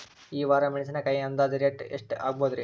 ಈ ವಾರ ಮೆಣಸಿನಕಾಯಿ ಅಂದಾಜ್ ಎಷ್ಟ ರೇಟ್ ಆಗಬಹುದ್ರೇ?